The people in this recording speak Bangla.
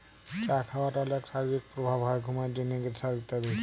চা খাওয়ার অলেক শারীরিক প্রভাব হ্যয় ঘুমের জন্হে, প্রেসার ইত্যাদি